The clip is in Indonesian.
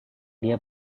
dia